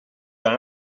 dans